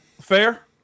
Fair